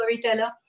storyteller